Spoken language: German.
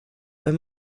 wenn